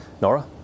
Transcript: Nora